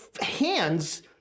hands